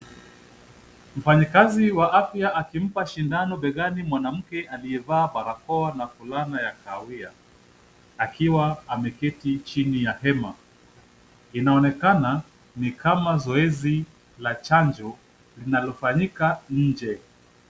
Mfanyikazi wa afya akimpa sindano begani mwanamke aliyevaa barakoa na fulana ya kahawia akiwa ameketi chini ya hema. Inaonekana ni kama zoezi la chanjo linalofanyika nje.